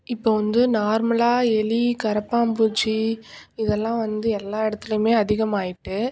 இப்போ வந்து நார்மலாக எலி கரப்பான்பூச்சி இதல்லாம் வந்து எல்லா எடத்துலேயுமே அதிகமாகிட்டு